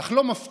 אך לא מפתיע,